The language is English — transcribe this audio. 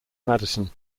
madison